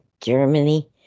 Germany